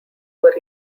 were